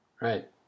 right